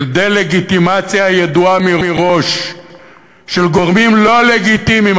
דה-לגיטימציה ידועה מראש של גורמים לא לגיטימיים.